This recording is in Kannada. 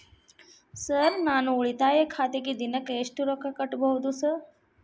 ಸರ್ ನಾನು ಉಳಿತಾಯ ಖಾತೆಗೆ ದಿನಕ್ಕ ಎಷ್ಟು ರೊಕ್ಕಾ ಕಟ್ಟುಬಹುದು ಸರ್?